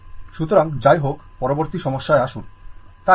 সুতরাং যাই হোক পরবর্তী সমস্যায় আসুন